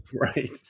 Right